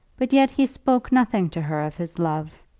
but yet he spoke nothing to her of his love.